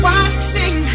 Watching